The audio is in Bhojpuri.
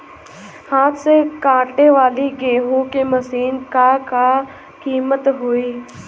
हाथ से कांटेवाली गेहूँ के मशीन क का कीमत होई?